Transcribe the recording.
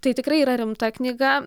tai tikrai yra rimta knyga